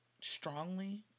Strongly